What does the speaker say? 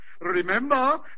Remember